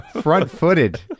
Front-footed